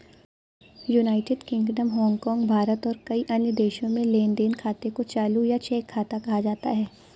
United Kingdom, Hong Kong, Bharat और कई अन्य देशों में लेन देन खाते को चालू या चेक खाता कहा जाता है